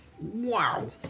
Wow